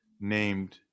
named